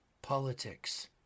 Politics